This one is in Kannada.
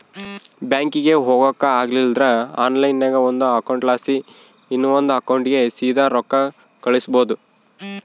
ಬ್ಯಾಂಕಿಗೆ ಹೊಗಾಕ ಆಗಲಿಲ್ದ್ರ ಆನ್ಲೈನ್ನಾಗ ಒಂದು ಅಕೌಂಟ್ಲಾಸಿ ಇನವಂದ್ ಅಕೌಂಟಿಗೆ ಸೀದಾ ರೊಕ್ಕ ಕಳಿಸ್ಬೋದು